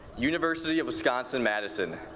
university of wisconsin, madison,